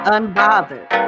Unbothered